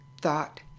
thought